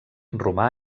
romà